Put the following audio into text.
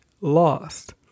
Lost